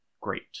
great